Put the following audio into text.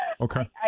Okay